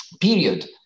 period